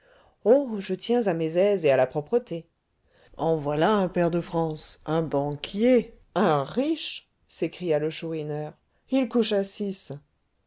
je tiens à mes aises et à la propreté en voilà un pair de france un banquier un riche s'écria le chourineur il couche à six